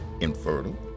infertile